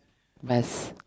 vase